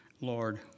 Lord